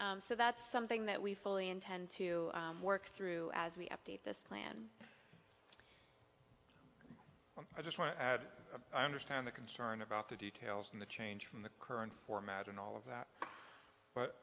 so that's something that we fully intend to work through as we update this plan i just want to add i understand the concern about the details and the change from the current format and all of that but